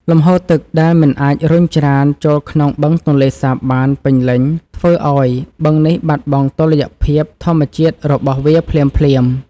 លំហូរទឹកដែលមិនអាចរុញច្រានចូលក្នុងបឹងទន្លេសាបបានពេញលេញធ្វើឱ្យបឹងនេះបាត់បង់តុល្យភាពធម្មជាតិរបស់វាភ្លាមៗ។